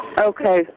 Okay